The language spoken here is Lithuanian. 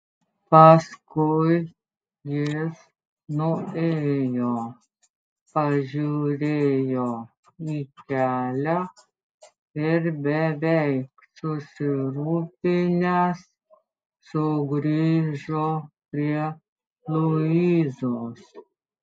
paskui jis nuėjo pažiūrėjo į kelią ir beveik susirūpinęs sugrįžo prie luizos